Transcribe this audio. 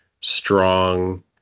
strong